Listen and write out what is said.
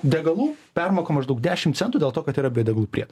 degalų permoka maždaug dešimt centų dėl to kad yra biodegalų priedas